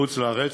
בחוץ-לארץ,